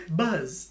buzz